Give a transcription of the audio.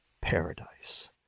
paradise